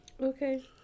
Okay